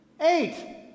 Eight